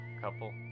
couple